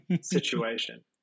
situation